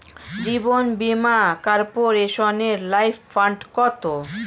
জীবন বীমা কর্পোরেশনের life fund কত?